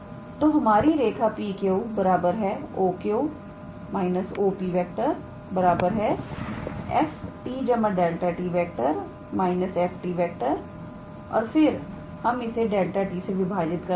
तो हमारी रेखा 𝑃𝑄⃗⃗⃗⃗⃗ 𝑂𝑄⃗⃗⃗⃗⃗⃗ − 𝑂𝑃⃗⃗⃗⃗⃗ 𝑓⃗ 𝑡 𝛿𝑡−𝑓⃗𝑡 और फिर हम इसे 𝛿𝑡 से विभाजित कर देंगे